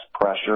pressure